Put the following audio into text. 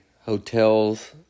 hotels